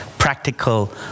Practical